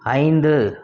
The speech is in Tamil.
ஐந்து